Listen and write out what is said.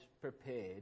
prepared